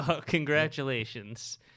congratulations